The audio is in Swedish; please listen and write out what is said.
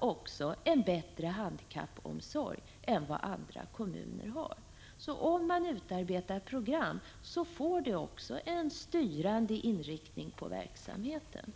också har en bättre handikappomsorg än vad andra kommuner har. Om man utarbetar program, får det också en styrande inriktning på verksamheten.